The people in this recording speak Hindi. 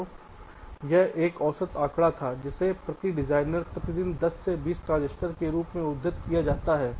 तो यह एक औसत आंकड़ा था जिसे प्रति डिजाइनर प्रति दिन 10 से 20 ट्रांजिस्टर के रूप में उद्धृत किया जाता है